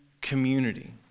community